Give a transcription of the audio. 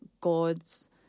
God's